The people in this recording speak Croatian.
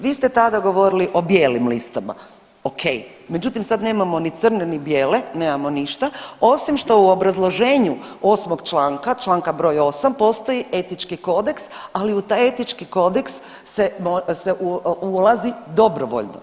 Vi ste tada govorili o bijelim listama, ok, međutim sad nemamo ni crne ni bijele, nemamo ništa osim što u obrazloženju 8. članka, Članka br. 8. postoji etički kodeks, ali u taj etički kodeks se ulazi dobrovoljno.